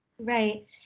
Right